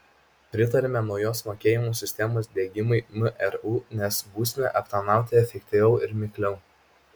pritariame naujos mokėjimų sistemos diegimui mru nes būsime aptarnauti efektyviau ir mikliau